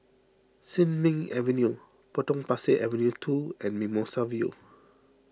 Sin Ming Avenue Potong Pasir Avenue two and Mimosa View